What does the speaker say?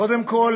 קודם כול,